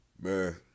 Man